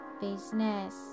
business